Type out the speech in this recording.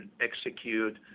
execute